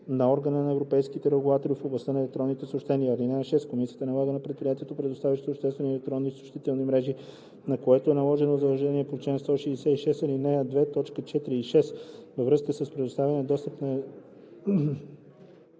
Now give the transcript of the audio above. на Органа на европейските регулатори в областта на електронните съобщения. (6) Комисията налага на предприятието, предоставящо обществени електронни съобщителни мрежи, на което е наложено задължение по чл. 166, ал. 2, т. 4 или 6, във връзка с предоставяне достъп на